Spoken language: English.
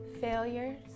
failures